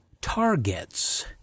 targets